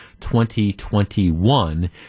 2021